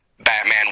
Batman